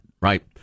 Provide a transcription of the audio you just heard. Right